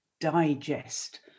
digest